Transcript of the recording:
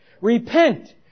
Repent